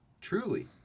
Truly